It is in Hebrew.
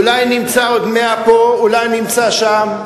אולי נמצא עוד 100 פה, אולי נמצא שם,